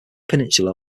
peninsula